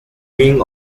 wing